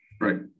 Right